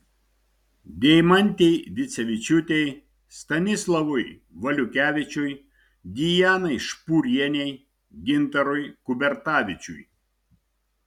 deimantei dicevičiūtei stanislavui valiukevičiui dianai špūrienei gintarui kubertavičiui